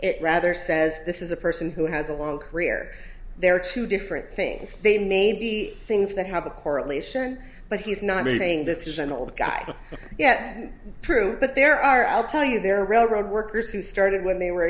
it rather says this is a person who has a long career there are two different things they may be things that have a correlation but he's not meaning this is an old guy yet true but there are i'll tell you there are railroad workers who started when they were